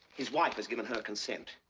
his wife has given her consent.